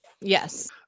Yes